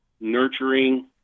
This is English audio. nurturing